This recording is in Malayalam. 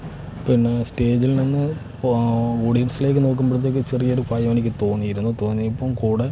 പിന്നെ സ്റ്റേജിൽനിന്ന് ഓഡിയൻസിലേക്ക് നോക്കുമ്പഴത്തേക്ക് ചെറിയ ഒരു ഭയം എനിക്ക് തോന്നിയിരുന്നു തോന്നി ഇപ്പോൾ കൂടെ